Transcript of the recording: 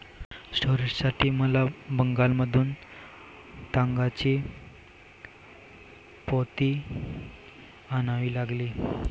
स्टोरेजसाठी मला बंगालमधून तागाची पोती आणावी लागली